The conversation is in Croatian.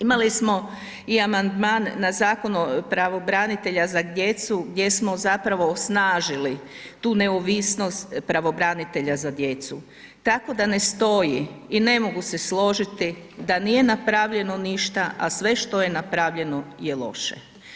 Imali smo i amandman na Zakon o pravobranitelju za djecu gdje smo zapravo osnažili tu neovisnost pravobranitelja za djecu tako da ne stoji i ne mogu se složiti da nije napravljeno ništa a sve što je napravljeno je loše.